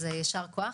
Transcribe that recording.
אז יישר כוח,